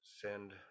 Send